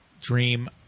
Dream